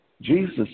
Jesus